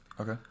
Okay